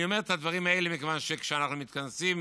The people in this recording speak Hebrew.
אני אומר את הדברים האלה מכיוון שכשאנחנו מתכנסים